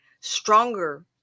stronger